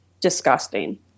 disgusting